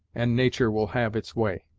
and natur' will have its way.